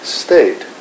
state